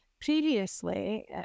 previously